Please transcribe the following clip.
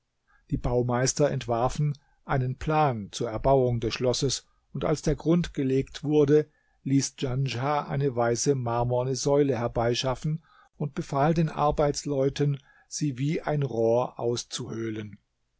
die baumeister entwarfen einen plan zur erbauung des schlosses und als der grund gelegt wurde ließ djanschah eine weiße marmorne säule herbeischaffen und befahl den arbeitsleuten sie wie ein rohr auszuhöhlen